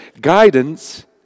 Guidance